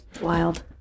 Wild